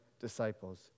disciples